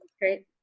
great